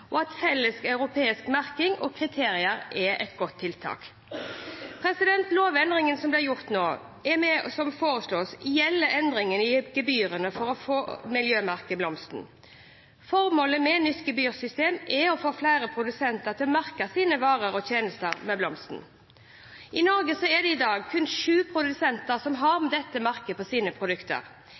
og felles europeisk merking og kriterier er et godt tiltak. Lovendringen som nå foreslås, gjelder endringer i gebyrene for å få miljømerket Blomsten. Formålet med nytt gebyrsystem er å få flere produsenter til å merke sine varer og tjenester med Blomsten. I Norge er det i dag kun sju produsenter som har dette merket på sine produkter.